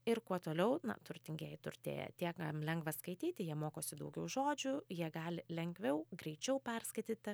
ir kuo toliau na turtingieji turtėja tiek jam lengva skaityti jie mokosi daugiau žodžių jie gali lengviau greičiau perskaityti